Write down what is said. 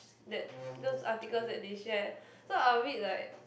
sh~ that news articles that they share so I a bit like